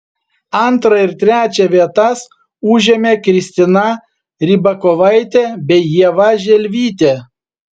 antrą ir trečią vietas užėmė kristina rybakovaitė bei ieva želvytė